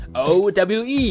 owe